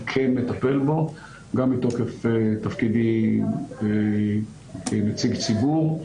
אני כן מטפל בו גם מתוקף תפקידי כנציג ציבור,